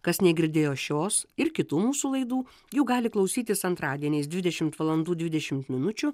kas negirdėjo šios ir kitų mūsų laidų jų gali klausytis antradieniais dvidešimt valandų dvidešimt minučių